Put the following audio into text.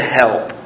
help